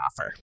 offer